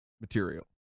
material